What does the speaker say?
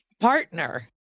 partner